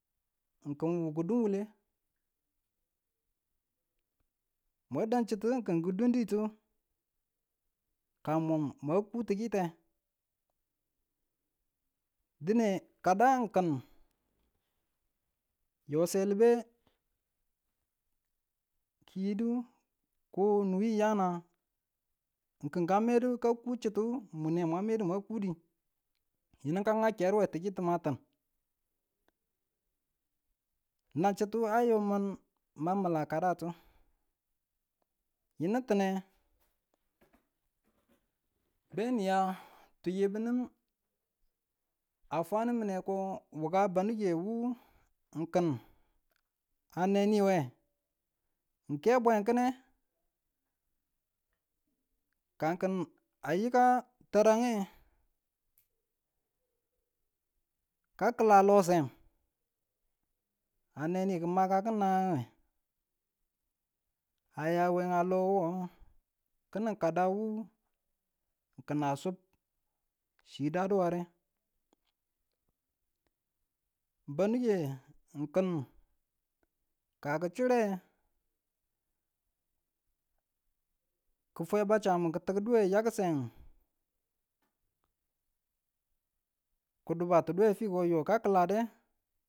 Kun wu ki dunwule, mwan dang chiwu kin ki dun di te kamun mwa kuu tikite dine kada kan yo swelemu be kiyidu ko nuyi yanaa kun kan medu ka kuu chituwe mwa nemwa medu mwa kudi yinu ngak keru we kichitu ma tin, nan a yo mun ma mila kadatu yinu kine be ni ya tungetinimu a fwa numine ko wuka benunge wu n kin ane ni we n ke bwe kine ka kin a yika terenge ka kila lo sen ane ni ka maka kin nananguwe aya we a lo wu kini kadawu kina sub chidadu ware baninge n kin ka kichire kifwe ba chamu ki tidu yakichamu kin dubadu we fiko we ka kilade